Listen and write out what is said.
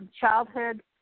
childhood